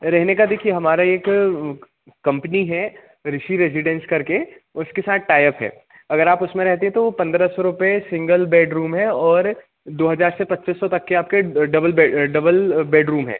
रहने का देखिए हमारा एक कम्पनी है रिषी रेजीडेंस करके उसके साथ टायअप है अगर आप उसमें रहती हैं तो पंद्रह सौ रुपये सिंगल बेडरूम है और दो हज़ार से पच्चीस सौ तक के आपके डबल डबल बेडरूम है